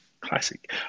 classic